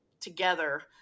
together